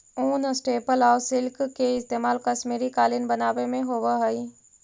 ऊन, स्टेपल आउ सिल्क के इस्तेमाल कश्मीरी कालीन बनावे में होवऽ हइ